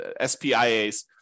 SPIAS